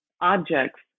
objects